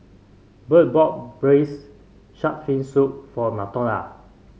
Budd bought Braised Shark Fin Soup for Latonya